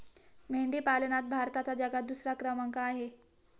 मेंढी पालनात भारताचा जगात दुसरा क्रमांक आहे